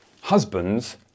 Husbands